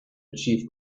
achieve